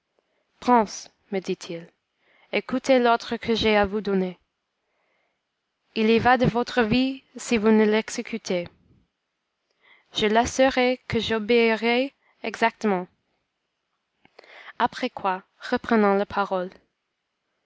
me dit-il écoutez l'ordre que j'ai à vous donner il y va de votre vie si vous ne l'exécutez je l'assurai que j'obéirais exactement après quoi reprenant la parole